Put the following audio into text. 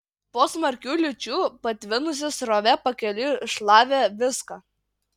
po smarkių liūčių patvinusi srovė pakeliui šlavė viską